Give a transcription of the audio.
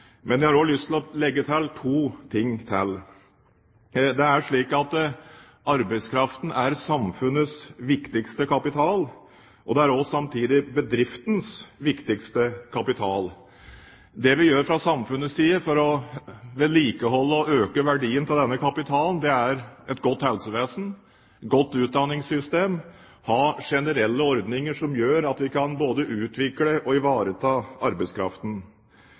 Men jeg har lyst til å legge til to ting. Det er slik at arbeidskraften er samfunnets viktigste kapital. Samtidig er den også bedriftens viktigste kapital. Det vi gjør fra samfunnets side for å vedlikeholde og øke verdien av denne kapitalen, er å ha et godt helsevesen, et godt utdanningssystem og generelle ordninger som gjør at vi både kan utvikle og ivareta arbeidskraften.